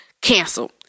canceled